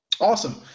Awesome